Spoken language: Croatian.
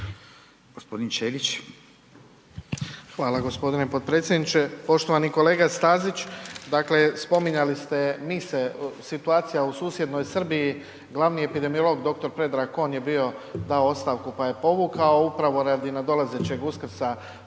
Hvala gospodine potpredsjedniče. Poštovani kolega Stazić. Dakle, spominjali ste mise situacija u susjednoj Srbiji glavni epidemiolog dr. Predrag on je bio dao ostavku pa je povukao upravo radi nadolazećeg Uskrsa